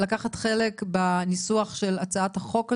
לקחת חלק בניסוח של הצעת החוק הזו,